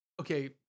okay